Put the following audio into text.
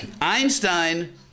Einstein